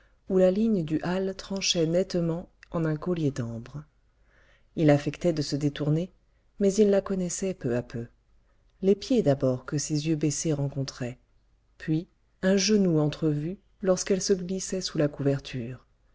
où la ligne du hâle tranchait nettement en un collier d'ambre il affectait de se détourner mais il la connaissait peu à peu les pieds d'abord que ses yeux baissés rencontraient puis un genou entrevu lorsqu'elle se glissait sous la couverture